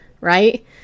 right